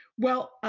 well,